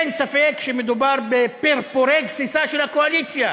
אין ספק שמדובר בפרפורי גסיסה של הקואליציה,